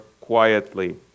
quietly